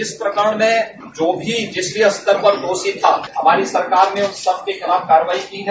इस प्रकरण में जो भी जिस स्तर पर दोषी था हमारी सरकार ने उन सबके खिलाफ कार्रवाई की है